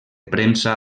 premsa